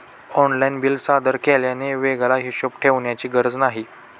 online bill सादर केल्याने वेगळा हिशोब ठेवण्याची गरज नाही